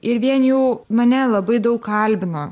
ir vien jau mane labai daug kalbino